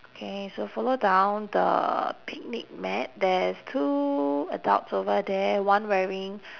okay so follow down the picnic mat there's two adults over there one wearing